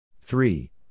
Three